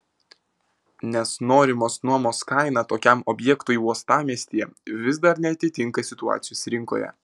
nes norimos nuomos kaina tokiam objektui uostamiestyje vis dar neatitinka situacijos rinkoje